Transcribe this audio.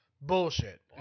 Bullshit